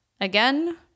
Again